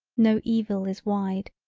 no evil is wide,